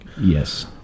Yes